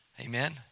Amen